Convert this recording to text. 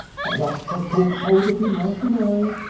but rusper caught hold of him right away,